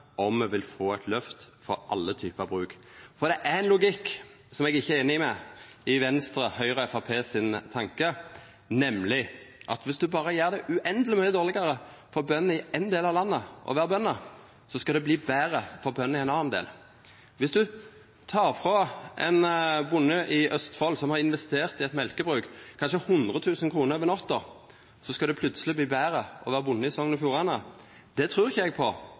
er ein logikk som eg ikkje er einig i – i Venstre, Høgre og Framstegspartiet sine tankar – nemleg at dersom du berre gjer det uendeleg mykje dårlegare for bøndene i ein del av landet å vera bønder, skal det verta betre å vera bønder i ein annan del. Dersom du tek frå ein bonde i Østfold som har investert i eit mjølkebruk, kanskje 100 000 kr over natta, så skal det plutseleg verta betre å vera bonde i Sogn og Fjordane. Det trur ikkje eg på.